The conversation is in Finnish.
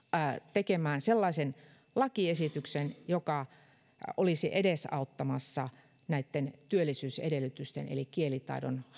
tekemään sellaisen lakiesityksen joka olisi edesauttamassa näitten työllisyysedellytysten eli kielitaidon hankkimista